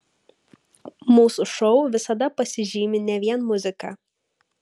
mūsų šou visada pasižymi ne vien muzika